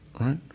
right